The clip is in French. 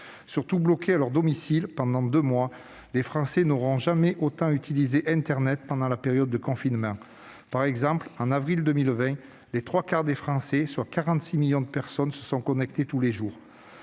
Bloqués à leur domicile pendant deux mois, les Français n'auront jamais autant utilisé internet que pendant la période de confinement. Par exemple, en avril 2020, les trois quarts des Français, soit 46 millions de personnes, se sont connectés tous les jours.